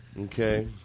Okay